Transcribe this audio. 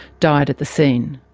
died at the scene.